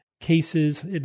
cases